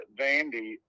Vandy